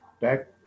back